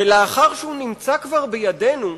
ולאחר שהוא נמצא כבר בידנו,